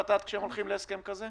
כשכל עם ישראל נמצא שם,